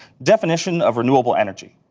definition of renewable energy.